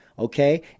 Okay